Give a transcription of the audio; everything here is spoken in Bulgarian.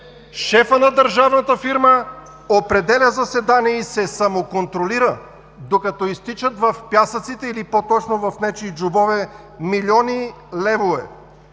Шефът на държавната фирма определя заседания и се самоконтролира, докато изтичат в пясъците, или по-точно в нечии джобове – милиони левове.